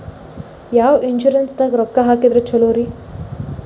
ಯಾವ ಇನ್ಶೂರೆನ್ಸ್ ದಾಗ ರೊಕ್ಕ ಹಾಕಿದ್ರ ಛಲೋರಿ?